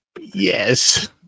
Yes